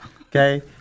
Okay